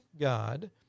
God